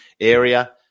area